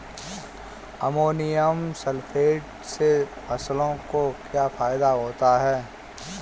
Ammonium sulphate से फसलों को क्या फायदा होगा?